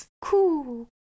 Cool